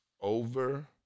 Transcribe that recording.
over –